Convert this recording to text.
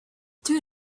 two